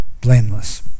blameless